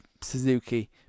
Suzuki